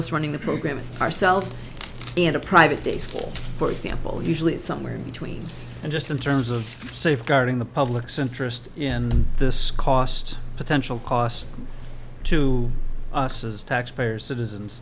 us running the program ourselves and a private days for for example usually it's somewhere in between and just in terms of safeguarding the public's interest in this cost potential cost to us as taxpayers citizens